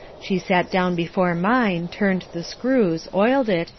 she sat down before mine, turned the screws, oiled it,